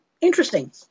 Interesting